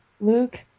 Luke